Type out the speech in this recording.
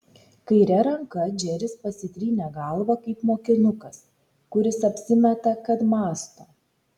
kaire ranka džeris pasitrynė galvą kaip mokinukas kuris apsimeta kad mąsto